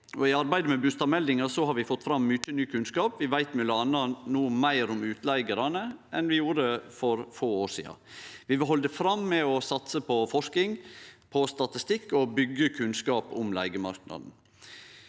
i arbeidet med bustadmeldinga har vi fått fram mykje ny kunnskap. Vi veit m.a. no meir om utleigarane enn vi gjorde for få år sidan. Vi vil halde fram med å satse på forsking, på statistikk og på å byggje kunnskap om leigemarknaden.